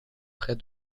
près